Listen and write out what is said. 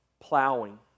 plowing